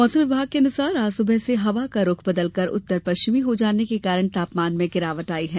मौसम विभाग के अनुसार आज सुबह से हवा का रूख बदलकर उत्तर पश्चिमी हो जाने के कारण तापमान में यह गिरावट आई है